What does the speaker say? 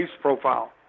profile